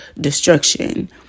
destruction